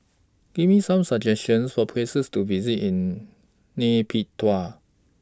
Give Me Some suggestions For Places to visit in Nay Pyi Taw